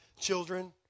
children